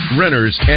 renters